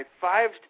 five